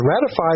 ratified